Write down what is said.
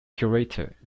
curator